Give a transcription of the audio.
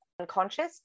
unconscious